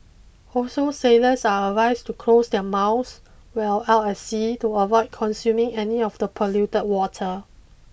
also sailors are advised to close their mouse while out at sea to avoid consuming any of the polluted water